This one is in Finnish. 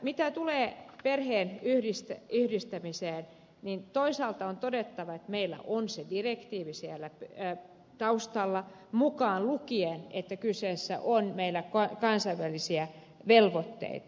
mitä tulee perheenyhdistämiseen niin toisaalta on todettava että meillä on se direktiivi taustalla mukaan lukien se että meillä on kansainvälisiä velvoitteita